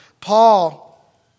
Paul